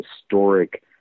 historic